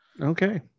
Okay